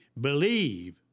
believe